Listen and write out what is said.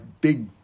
big